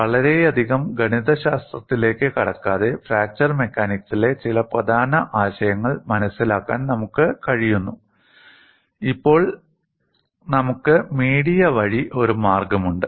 നോക്കൂ വളരെയധികം ഗണിതശാസ്ത്രത്തിലേക്ക് കടക്കാതെ ഫ്രാക്ചർ മെക്കാനിക്സിലെ ചില പ്രധാന ആശയങ്ങൾ മനസിലാക്കാൻ നമുക്ക് കഴിയുന്നു ഇപ്പോൾ നമുക്ക് മീഡിയ വഴി ഒരു മാർഗമുണ്ട്